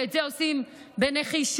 ואת זה עושים בנחישות.